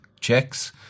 checks